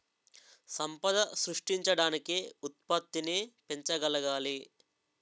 సంపద సృష్టించడానికి ఉత్పత్తిని పెంచగలగాలి